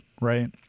Right